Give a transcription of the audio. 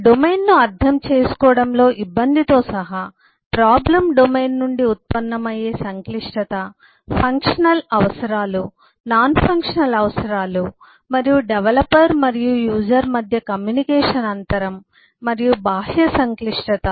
డొమైన్ను అర్థం చేసుకోవడంలో ఇబ్బందితో సహా ప్రాబ్లం డొమైన్ నుండి ఉత్పన్నమయ్యే సంక్లిష్టత ఫంక్షనల్ అవసరాలు నాన్ ఫంక్షనల్ అవసరాలు మరియు డెవలపర్ మరియు యూజర్ మధ్య కమ్యూనికేషన్ అంతరం మరియు బాహ్య సంక్లిష్టత